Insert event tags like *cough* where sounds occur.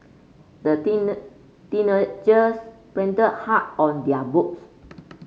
the *unintelligible* teenagers printed hard on their boats